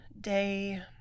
day